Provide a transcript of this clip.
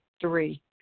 Three